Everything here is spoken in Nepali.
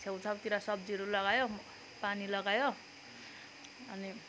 छेउछाउतिर सब्जीहरू लगायो पानी लगायो अनि